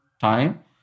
time